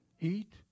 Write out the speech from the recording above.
Eat